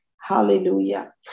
Hallelujah